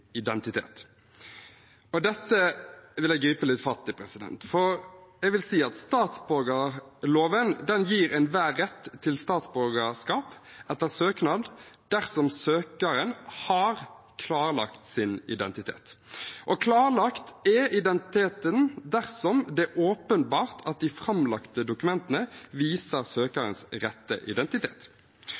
Dette vil jeg gripe litt fatt i. Jeg vil si at statsborgerloven gir enhver rett til statsborgerskap etter søknad dersom søkeren har klarlagt sin identitet. Klarlagt er identiteten dersom det er åpenbart at de framlagte dokumentene viser søkerens rette identitet.